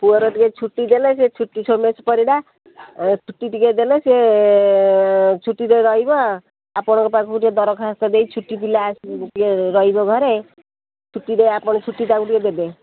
ପୁଅର ଟିକିଏ ଛୁଟି ଦେଲେ ସେ ଛୁଟି ସୋମେଶ ପରିଡ଼ା ଛୁଟି ଟିକିଏ ଦେଲେ ସେ ଛୁଟିରେ ରହିବ ଆପଣଙ୍କ ପାଖକୁ ଟିକିଏ ଦରଖାସ୍ତ ଦେଇ ଛୁଟି ପିଲା ଟିକିଏ ରହିବ ଘରେ ଛୁଟିରେ ଆପଣ ଛୁଟି ତାକୁ ଟିକିଏ ଦେବେ